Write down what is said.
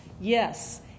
Yes